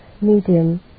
medium